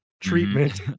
treatment